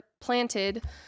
planted